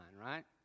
right